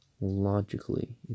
Logically